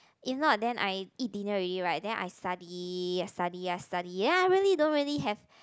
if not then I eat dinner already right then I study I study I study then I really don't really have